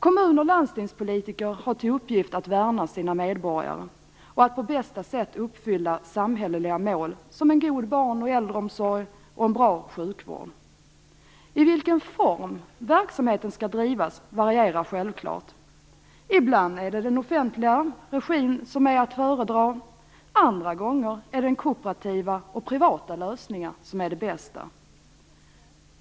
Kommun och landstingspolitiker har till uppgift att värna sina medborgare och att på bästa sätt uppfylla samhälleliga mål som en god barn och äldreomsorg och en bra sjukvård. I vilken form verksamheten skall drivas varierar självklart. Ibland är det den offentliga regin som är att föredra, andra gånger är det kooperativa eller privata lösningar som är det bästa.